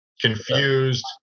confused